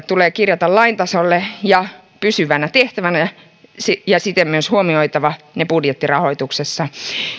tulee kirjata lain tasolle ja pysyvinä tehtävinä ja siten ne on myös huomioitava budjettirahoituksessa